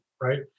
right